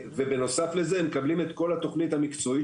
ובנוסף לזה הם מקבלים את כל התוכנית המקצועית